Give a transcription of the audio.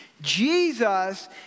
Jesus